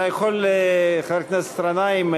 חבר הכנסת גנאים,